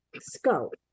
scope